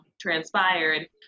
transpired